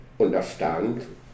understand